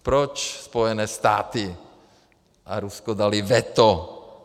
Proč Spojené státy a Rusko daly veto?